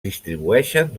distribueixen